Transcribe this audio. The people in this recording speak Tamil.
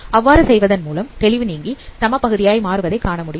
அவ்வாறு செய்வதன் மூலம் தெளிவு நீங்கி சம பகுதியாய் மாறுவதை காணமுடியும்